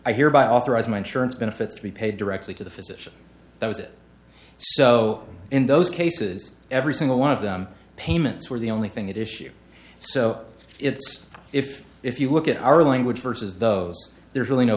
hereby authorize my insurance benefits to be paid directly to the physician that was it so in those cases every single one of them payments were the only thing that issue so it's if if you look at our language versus those there's really no